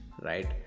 right